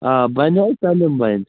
آ بَنہِ حظ سٲلِم بَنہِ